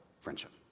friendship